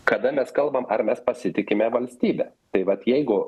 kada mes kalbam ar mes pasitikime valstybe tai vat jeigu